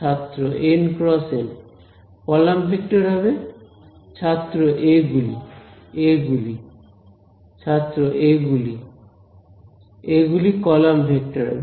ছাত্র n cross n column vector হবে ছাত্র এ গুলি এ গুলি ছাত্র এ গুলি এ গুলি কলাম ভেক্টর হবে